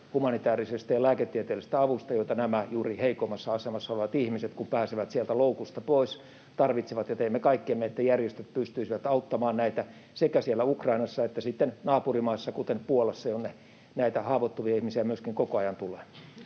humanitäärisestä ja lääketieteellisestä avusta, joita juuri nämä heikoimmassa asemassa olevat ihmiset, kun pääsevät sieltä loukusta pois, tarvitsevat. Teemme kaikkemme, että järjestöt pystyisivät auttamaan näitä sekä siellä Ukrainassa että sitten naapurimaissa, kuten Puolassa, jonne näitä haavoittuvia ihmisiä myöskin koko ajan tulee.